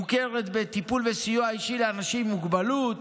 מוכרת בטיפול וסיוע אישי לאנשים עם מוגבלות,